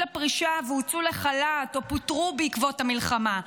הפרישה והוצאו לחל"ת או פוטרו בעקבות המלחמה.